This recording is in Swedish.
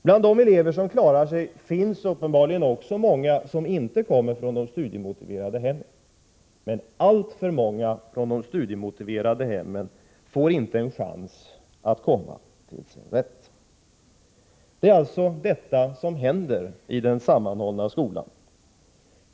Bland de elever som klarar sig finns uppenbarligen också många som inte kommer från de studiemotiverade hemmen, men alltför många från de studiemotiverade hemmen får inte en chans att komma till sin rätt. Det är alltså detta som händer i den sammanhållna skolan.